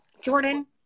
Jordan